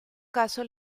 caso